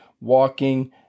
walking